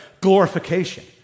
glorification